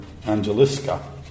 Angeliska